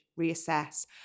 reassess